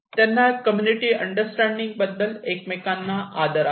त्यांना community understanding आणि एकमेकांबद्दल आदर आहे